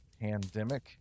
pandemic